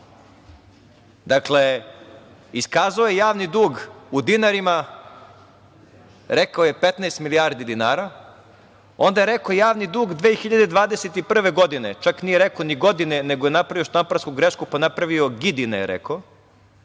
Dakle, iskazao je javni dug u dinarima, rekao je 15 milijardi dinara. Onda je rekao – javni dug 2021. godine, čak nije rekao ni godine, nego je napravio štamparsku grešku pa je rekao – gidine, je